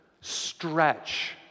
Stretch